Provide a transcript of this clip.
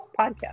Podcast